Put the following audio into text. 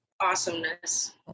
awesomeness